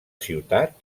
ciutat